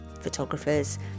photographers